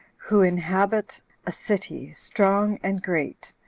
who inhabit a city strong and great,